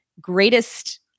greatest